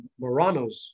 Moranos